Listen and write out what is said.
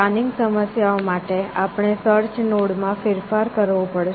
planning સમસ્યાઓ માટે આપણે સર્ચ નોડ માં ફેરફાર કરવો પડશે